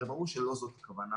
הרי ברור שלא זאת הכוונה.